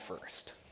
first